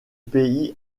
pays